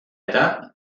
eta